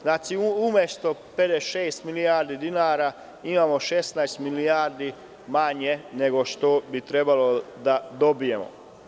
Znači, umesto 56 milijardi dinara, imamo 16 milijardi manje nego što bi trebalo da dobijemo.